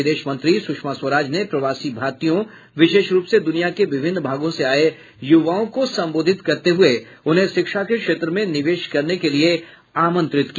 विदेश मंत्री सुषमा स्वराज ने प्रवासी भारतीयों विशेष रूप से द्रनिया के विभिन्न भागों से आए युवाओं को संबोधित करते हुए उन्हें शिक्षा के क्षेत्र में निवेश करने के लिए आमंत्रित किया